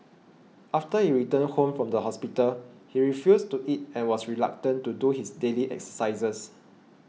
after he returned home from the hospital he refused to eat and was reluctant to do his daily exercises